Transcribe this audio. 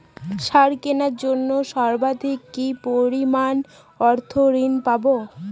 সার কেনার জন্য সর্বাধিক কি পরিমাণ অর্থ ঋণ পাব?